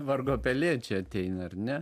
vargo pelė čia ateina ar ne